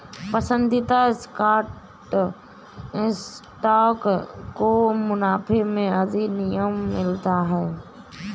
पसंदीदा स्टॉक को मुनाफे में अधिमान मिलता है